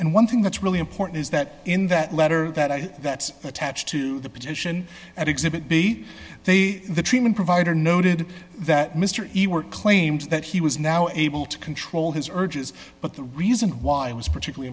and one thing that's really important is that in that letter that i that's attached to the petition at exhibit b they the treatment provider noted that mr claimed that he was now able to control his urges but the reason why it was particular